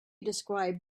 described